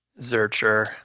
Zercher